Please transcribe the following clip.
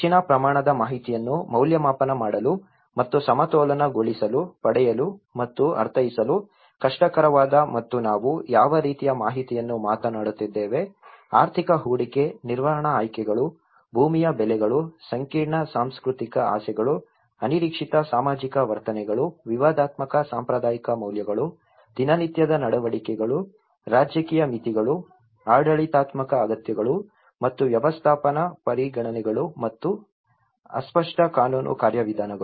ಹೆಚ್ಚಿನ ಪ್ರಮಾಣದ ಮಾಹಿತಿಯನ್ನು ಮೌಲ್ಯಮಾಪನ ಮಾಡಲು ಮತ್ತು ಸಮತೋಲನಗೊಳಿಸಲು ಪಡೆಯಲು ಮತ್ತು ಅರ್ಥೈಸಲು ಕಷ್ಟಕರವಾದ ಮತ್ತು ನಾವು ಯಾವ ರೀತಿಯ ಮಾಹಿತಿಯನ್ನು ಮಾತನಾಡುತ್ತಿದ್ದೇವೆ ಆರ್ಥಿಕ ಹೂಡಿಕೆ ನಿರ್ವಹಣಾ ಆಯ್ಕೆಗಳು ಭೂಮಿಯ ಬೆಲೆಗಳು ಸಂಕೀರ್ಣ ಸಾಂಸ್ಕೃತಿಕ ಆಸೆಗಳು ಅನಿರೀಕ್ಷಿತ ಸಾಮಾಜಿಕ ವರ್ತನೆಗಳು ವಿವಾದಾತ್ಮಕ ಸಾಂಪ್ರದಾಯಿಕ ಮೌಲ್ಯಗಳು ದಿನನಿತ್ಯದ ನಡವಳಿಕೆಗಳು ರಾಜಕೀಯ ಮಿತಿಗಳು ಆಡಳಿತಾತ್ಮಕ ಅಗತ್ಯಗಳು ಮತ್ತು ವ್ಯವಸ್ಥಾಪನಾ ಪರಿಗಣನೆಗಳು ಮತ್ತು ಅಸ್ಪಷ್ಟ ಕಾನೂನು ಕಾರ್ಯವಿಧಾನಗಳು